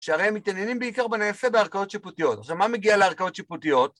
שהרי הם מתעניינים בעיקר בנעשה בערכאות שיפוטיות, אז מה מגיע לערכאות שיפוטיות?